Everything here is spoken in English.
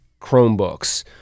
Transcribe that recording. Chromebooks